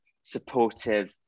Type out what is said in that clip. supportive